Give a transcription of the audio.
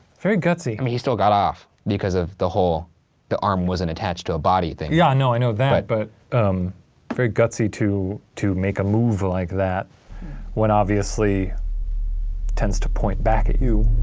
very gutsy. i mean, he still got off, because of the whole arm wasn't attached to a body thing. yeah, no i know that, but um very gutsy to to make a move like that when obviously tends to point back at you.